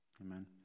Amen